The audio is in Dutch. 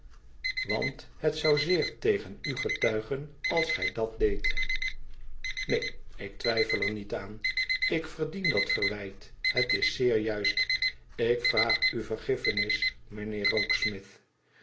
wat het zou zeer tegen u getuigen als gij dat deedt f neen ik twijfel er niet aan ik verdien dat verwijt het is zeer juist ik vraag u vergiffenis mijnheer